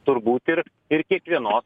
turbūt ir ir kiekvienos